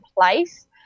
place